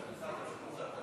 אני